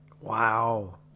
Wow